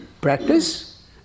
practice